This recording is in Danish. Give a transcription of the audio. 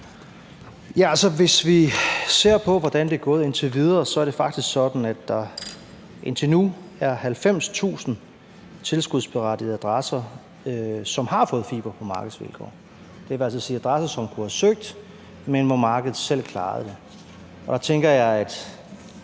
hvis vi ser på, hvordan det er gået indtil videre, er det faktisk sådan, at der indtil nu er 90.000 tilskudsberettigede adresser, som har fået fiber på markedsvilkår. Det vil altså sige adresser, som kunne have søgt, men hvor markedet selv klarede det. Der tænker jeg, at